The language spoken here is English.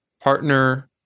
partner